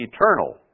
eternal